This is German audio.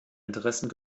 interessen